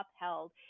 upheld